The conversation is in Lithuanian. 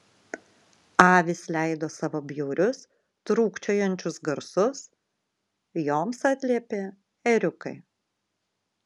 avys leido savo bjaurius trūkčiojančius garsus joms atliepė ėriukai